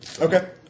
Okay